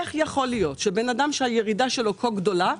איך יכול להיות שבן אדם שהירידה שלו כה גדולה,